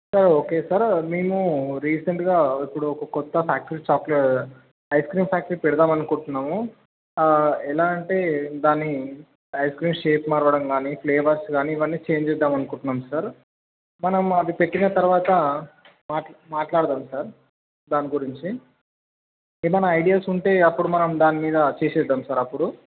sir okay sir మేము రీసెంట్గా ఇప్పుడు ఒక కొత్త factory choc ice cream factory పెడుదామణి అనుకుంటున్నాము ఎలా అంటే దాని ఐస్ క్రీమ్ షేప్ మార్చడం కానీ ఫ్లావర్స్ కానీ ఇవన్నీ చేంజ్ చేద్దామణి అనుకుంటున్నాం సార్ మనం అది పెట్టిన తరువాత మాట్ల మాట్లాడుదాం సార్ దాని గురించి ఏమైన ఐడియాస్ ఉంటే అప్పుడు మనం దాని మీద చేద్దాం సార్ అప్పుడు